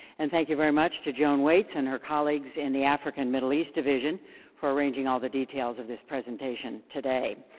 and thank you very much to joan weeks and her colleagues in the african middle east division for arranging all the details of this presentation today.